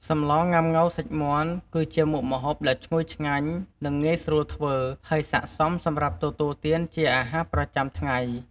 សម្លងុាំង៉ូវសាច់មាន់ គឺជាមុខម្ហូបដ៏ឈ្ងុយឆ្ងាញ់ និងងាយស្រួលធ្វើ ហើយស័ក្តិសមសម្រាប់ទទួលទានជាអាហារប្រចាំថ្ងៃ។